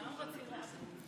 לחוק-יסוד: